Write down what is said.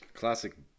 Classic